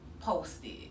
posted